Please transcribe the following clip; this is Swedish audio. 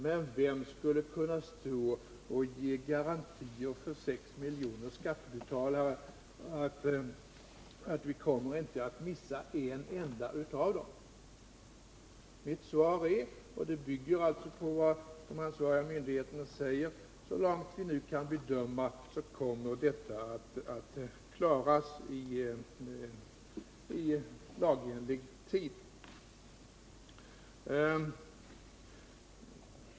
Men vem skulle kunna stå och ge garantier till 6 miljoner skattebetalare att vi inte kommer att missa en enda av dem? Mitt svar är, och det bygger alltså på vad ansvariga myndigheter säger: Så långt vi nu kan bedöma kommer detta att klaras i lagenlig tid.